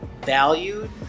valued